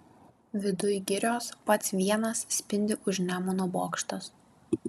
viduj girios pats vienas spindi už nemuno bokštas